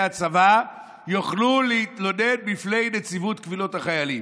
הצבא יוכלו להתמודד בפני נציבות קבילות החיילים.